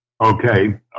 Okay